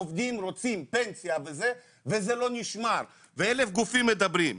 עובדים רוצים פנסיה וזה וזה לא נשמר ואלף גופים מדברים,